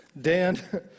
Dan